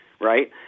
right